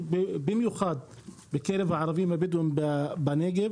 במיוחד בקרב הערבים הבדואים בנגב,